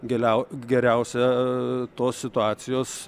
giliau geriausia tos situacijos